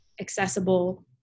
accessible